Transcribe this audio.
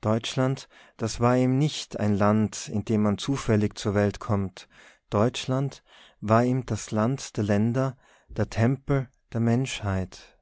deutschland das war ihm nicht ein land in dem man zufällig zur welt kommt deutschland war ihm das land der länder der tempel der menschheit